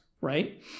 right